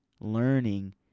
learning